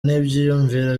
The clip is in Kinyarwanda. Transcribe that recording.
n’ibyiyumviro